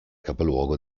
capoluogo